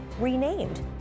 renamed